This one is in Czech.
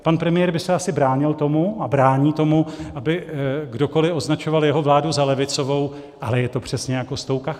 Pan premiér by se asi bránil tomu a brání tomu, aby kdokoli označoval jeho vládu za levicovou, ale je to přesně jako s tou kachnou.